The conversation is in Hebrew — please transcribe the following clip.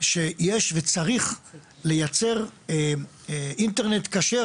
שיש וצריך לייצר אינטרנט כשר,